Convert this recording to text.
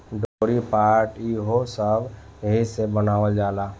डोरी, पाट ई हो सब एहिसे बनावल जाला